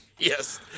Yes